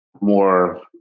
more